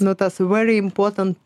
nu tas very important